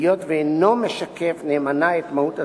היות שאינו משקף נאמנה את מהות התפקיד.